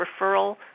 referral